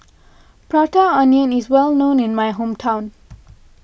Prata Onion is well known in my hometown